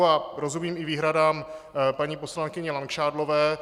A rozumím i výhradám paní poslankyně Langšádlové.